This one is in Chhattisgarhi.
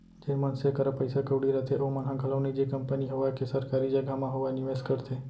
जेन मनसे करा पइसा कउड़ी रथे ओमन ह घलौ निजी कंपनी होवय के सरकारी जघा म होवय निवेस करथे